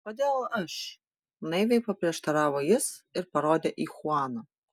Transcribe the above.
kodėl aš naiviai paprieštaravo jis ir parodė į chuaną